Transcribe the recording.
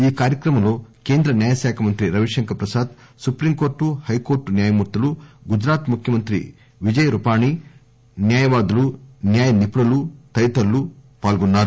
ఈ కార్యక్రమంలో కేంద్ర న్యాయశాఖ మంత్రి రవిశంకర్ ప్రసాద్ సుప్రీంకోర్టు హైకోర్టు న్యాయమూర్తులు గుజరాత్ ముఖ్యమంత్రి విజయ్ రూపానీ న్యాయవాదులు న్యాయ నిపుణులు తదితరులు ఈ కార్యక్రమంలో పాల్గొన్నారు